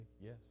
yes